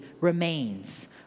remains